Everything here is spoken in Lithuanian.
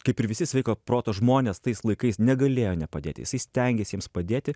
kaip ir visi sveiko proto žmonės tais laikais negalėjo nepadėti jisai stengėsi jiems padėti